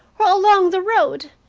or along the road.